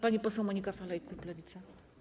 Pani poseł Monika Falej, klub Lewica.